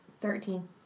Thirteen